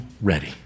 ready